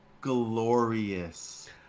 Glorious